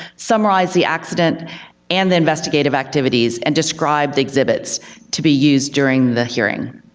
summarize the accident and the investigative activities, and describe the exhibits to be used during the hearing.